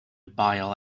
bile